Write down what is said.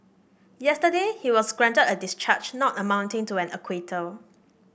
yesterday he was granted a discharge not amounting to an acquittal